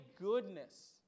goodness